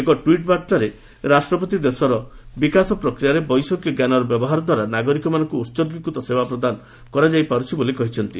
ଏକ ଟ୍ୱିଟ୍ ବାର୍ତ୍ତାରେ ରାଷ୍ଟ୍ରପତି ଦେଶର ବିକାଶ ପ୍ରକ୍ରିୟାରେ ବୈଷୟିକ ଜ୍ଞାନର ବ୍ୟବହାର ଦ୍ୱାରା ନାଗରିକମାନଙ୍କୁ ଉତ୍ଗୀକୃତ ସେବା ପ୍ରଦାନ କରାଯାଇପାରୁଛି ବୋଲି କହିଛନ୍ତି